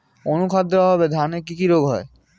অনুখাদ্যের অভাবে ধানের কি কি রোগ হয়?